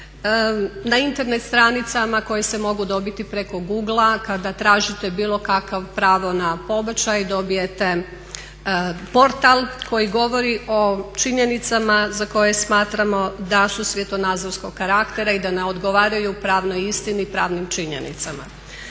Na Internet stranicama koje se mogu dobiti preko Google-a kada tražite bilo kakvo pravo na pobačaj dobijete portal koji govori o činjenicama za koje smatramo da su svjetonazorskog karaktera i da ne odgovaraju pravnoj istini, pravnim činjenicama.